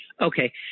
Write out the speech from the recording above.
Okay